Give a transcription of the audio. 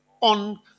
on